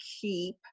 keep